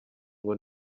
ngo